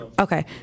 Okay